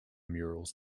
murals